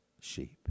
sheep